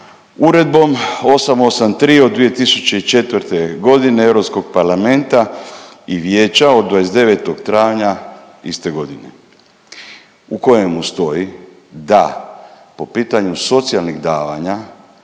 Uredbom 883 od 2004. godine Europskog parlamenta i Vijeća od 29. travnja iste godine u kojemu stoji da po pitanju socijalnih davanja